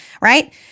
Right